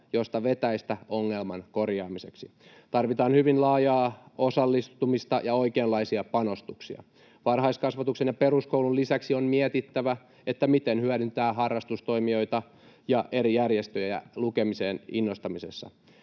josta vetäistä ongelman korjaamiseksi. Tarvitaan hyvin laajaa osallistumista ja oikeanlaisia panostuksia. Varhaiskasvatuksen ja peruskoulun lisäksi on mietittävä, miten hyödyntää harrastustoimijoita ja eri järjestöjä lukemiseen innostamisessa.